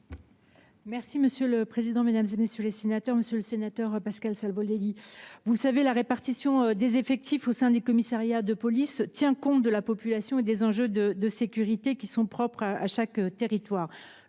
date ? La parole est à Mme la ministre déléguée. Monsieur le sénateur Pascal Savoldelli, vous le savez, la répartition des effectifs au sein des commissariats de police tient compte de la population et des enjeux de sécurité qui sont propres à chaque territoire.